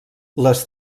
les